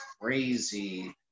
crazy